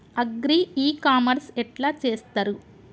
Agri e commerce ఎట్ల చేస్తరు?